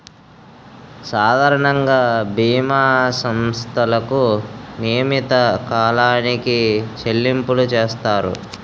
సాధారణంగా బీమా సంస్థలకు నియమిత కాలానికి చెల్లింపులు చేస్తారు